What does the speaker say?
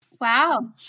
Wow